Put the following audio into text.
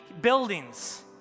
buildings